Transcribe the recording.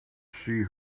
see